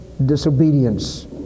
disobedience